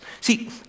See